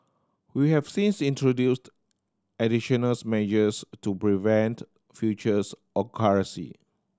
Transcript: we have since introduced additional's measures to prevent futures occurrence